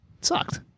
sucked